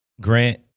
Grant